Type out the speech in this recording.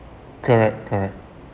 correct correct